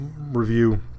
review